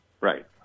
Right